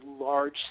large